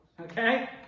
Okay